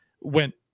went –